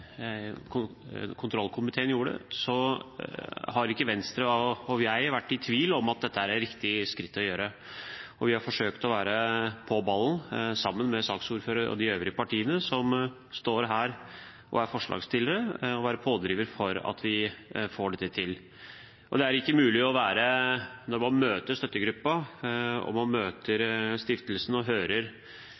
har Venstre, og jeg, ikke vært i tvil om at dette er et riktig skritt å ta. Vi har forsøkt å være på ballen, sammen med saksordføreren og de øvrige partiene som er forslagsstillere, og å være pådrivere for at vi får dette til. Når man møter støttegruppen, når man møter stiftelsen og hører hvordan prosessen har vært de siste 25 årene, er det ikke mulig å være uberørt av saken og